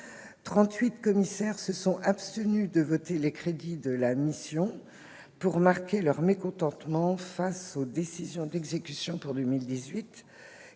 commissaires se sont abstenus de voter les crédits de la mission pour marquer leur mécontentement face aux décisions d'exécution pour 2018,